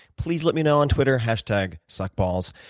please let me know on twitter, hash tag, suck balls,